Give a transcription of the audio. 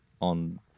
on